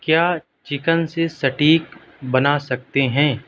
کیا چکن سے اسٹیک بنا سکتے ہیں